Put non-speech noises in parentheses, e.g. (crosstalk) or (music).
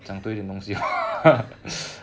(laughs)